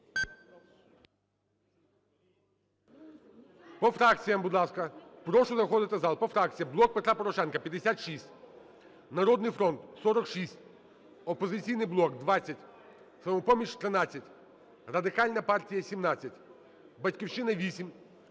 По фракціях, будь ласка. Прошу заходити в зал. По фракціях. "Блок Петра Порошенка" – 56, "Народний фронт" – 46, "Опозиційний блок" – 20, "Самопоміч" – 13, Радикальна партія – 17, "Батьківщина" –